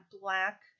black